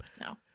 No